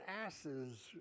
asses